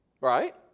right